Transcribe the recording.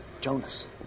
Jonas